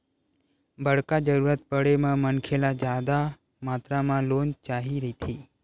बड़का जरूरत परे म मनखे ल जादा मातरा म लोन चाही रहिथे